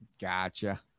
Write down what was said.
Gotcha